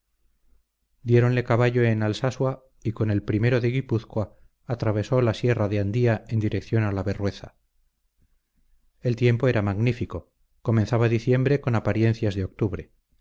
confiado diéronle caballo en alsasua y con el o de guipúzcoa atravesó la sierra de andía en dirección a la berrueza el tiempo era magnífico comenzaba diciembre con apariencias de octubre